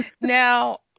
Now